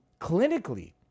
clinically